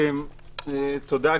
תודה,